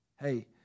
hey